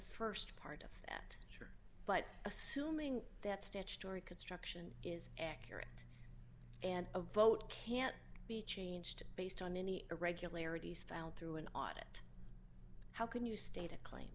st part of that nature but assuming that statutory construction is accurate and a vote can't be changed based on any irregularities found through an audit how can you state a claim